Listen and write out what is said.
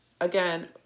again